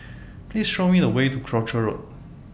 Please Show Me The Way to Croucher Road